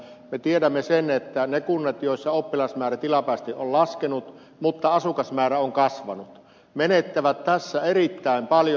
me tiedämme sen että ne kunnat joissa oppilasmäärä tilapäisesti on laskenut mutta asukasmäärä on kasvanut menettävät tässä erittäin paljon